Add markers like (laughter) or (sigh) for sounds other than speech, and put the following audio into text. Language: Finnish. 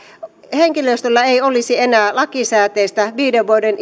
henkilöstöllä ei olisi enää lakisääteistä viiden vuoden (unintelligible)